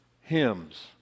hymns